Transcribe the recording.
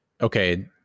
okay